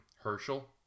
Herschel